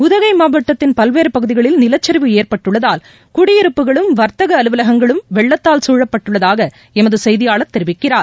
உதகை மாவட்டத்தின் பல்வேறு பகுதிகளில் நிலச்சரிவு ஏற்பட்டுள்ளதால் குடியிருப்புகளும் வர்த்தக அலுவலகங்களும் வெள்ளத்தால் சூழப்பட்டுள்ளதாக எமது செய்தியாளர் தெரிவிக்கிறார்